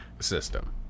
system